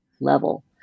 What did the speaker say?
level